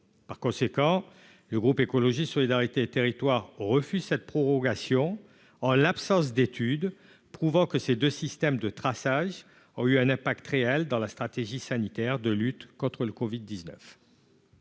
Par conséquent, le groupe Écologiste - Solidarité et Territoires refuse une telle prorogation, en l'absence d'études prouvant que les deux systèmes de traçage ont eu un effet réel dans sur la stratégie sanitaire de lutte contre la covid-19.